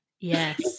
yes